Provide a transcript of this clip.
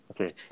Okay